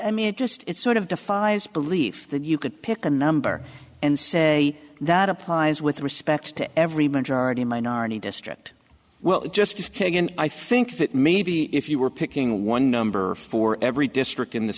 i mean it just sort of defies belief that you could pick a number and say that applies with respect to every minority a minority district well just as kagan i think that maybe if you were picking one number for every district in th